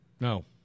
no